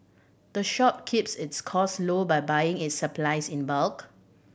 the shop keeps its cost low by buying its supplies in bulk